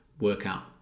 workout